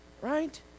right